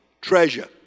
treasure